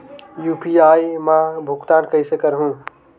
UPI मा भुगतान कइसे करहूं?